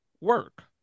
work